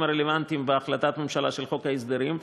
הרלוונטיים בהחלטת הממשלה של חוק ההסדרים.